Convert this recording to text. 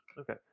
okay